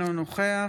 אינו נוכח